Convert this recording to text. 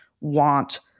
want